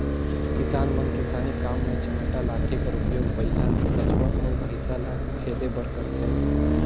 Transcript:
किसान मन किसानी काम मे चमेटा लाठी कर उपियोग बइला, बछवा अउ भइसा ल खेदे बर करथे